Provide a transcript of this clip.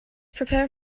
prepare